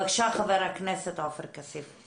בבקשה, חבר הכנסת עופר כסיף.